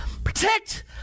Protect